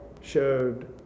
showed